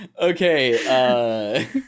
Okay